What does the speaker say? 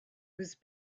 was